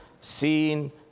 seen